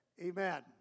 amen